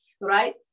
right